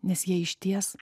nes jie išties